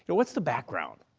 but what's the background?